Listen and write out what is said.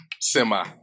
Semi